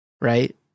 Right